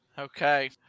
Okay